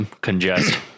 congest